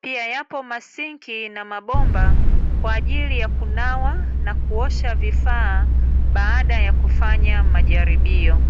Pia yapo masinki na mabomba kwa ajili ya kunawa na kuosha vifaa baada ya kufanya majaribio.